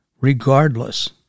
Regardless